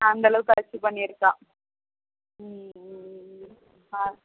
அந்தளவுக்கு அச்சீவ் பண்ணிருக்காள் ம் ம் ம் ஆ